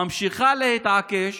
וממשיכה להתעקש